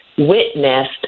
witnessed